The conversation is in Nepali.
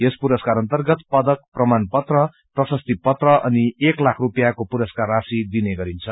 यस पुरस्कार अर्न्तगत पदक प्रमाण पत्र प्रशस्ति पत्र अनि एक लाख रूपियाँको पुरसकार राशि दिइने गरिन्छ